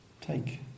take